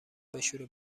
بشوره